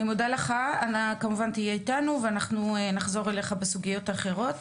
אני מודה לך, נחזור אליך בסוגיות אחרות.